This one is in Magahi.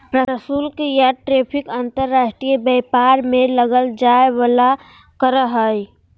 प्रशुल्क या टैरिफ अंतर्राष्ट्रीय व्यापार में लगल जाय वला कर हइ